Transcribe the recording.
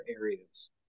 areas